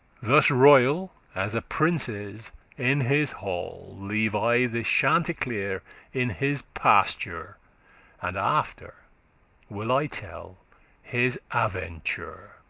thus royal, as a prince is in his hall, leave i this chanticleer in his pasture and after will i tell his aventure.